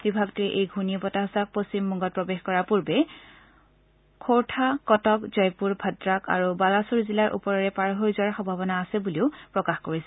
বিভাগটোৱে এই ঘূৰ্ণি বতাহজাক পশ্চিমবংগত প্ৰৱেশ কৰাৰ পূৰ্বে খোৰ্থা কটক জয়পুৰ ভদ্ৰাক আৰু বালাছোৰ জিলাৰ ওপৰেৰে পাৰ হৈ যোৱাৰ সম্ভাৱনা আছে বুলি প্ৰকাশ কৰিছে